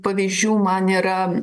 pavyzdžių man yra